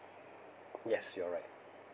yes you're right